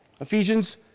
Ephesians